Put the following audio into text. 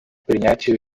принятию